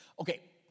Okay